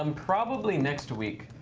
um probably next week.